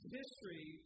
history